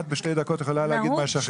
תסכמי.